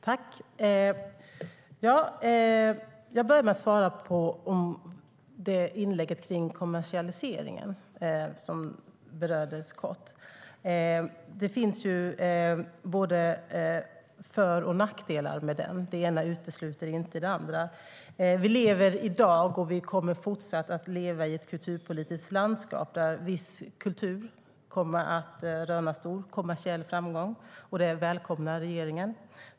Fru talman! Jag börjar med att svara på inlägget om kommersialiseringen - den berördes kort. Det finns ju både för och nackdelar med den. Det ena utesluter inte det andra. Vi lever i dag och kommer fortsatt att leva i ett kulturpolitiskt landskap där viss kultur kommer att röna stor kommersiell framgång, och det välkomnar regeringen.